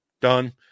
done